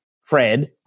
Fred